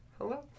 Hello